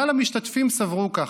כלל המשתתפים סברו ככה.